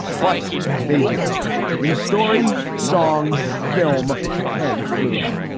but they did in story, song, film and flume.